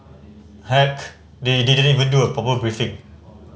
heck they didn't even do a proper briefing